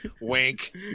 Wink